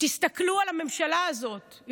תסתכלו על הממשלה הזאת.